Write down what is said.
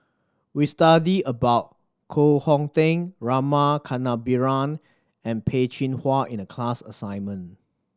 we studied about Koh Hong Teng Rama Kannabiran and Peh Chin Hua in the class assignment